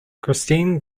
christine